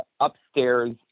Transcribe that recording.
upstairs